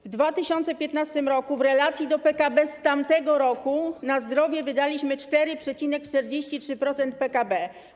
W 2015 r. w relacji do PKB z tamtego roku na zdrowie wydaliśmy 4,43% PKB.